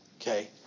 okay